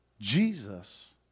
Jesus